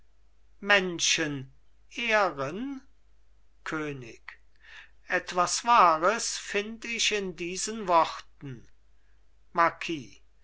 menschen ehren könig etwas wahres find ich in diesen worten